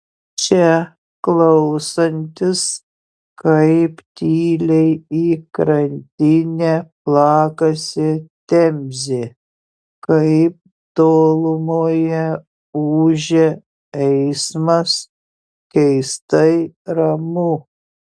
čia klausantis kaip tyliai į krantinę plakasi temzė kaip tolumoje ūžia eismas keistai ramu